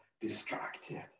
distracted